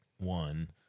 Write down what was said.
One